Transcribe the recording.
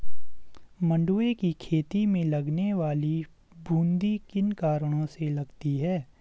मंडुवे की खेती में लगने वाली बूंदी किन कारणों से लगती है?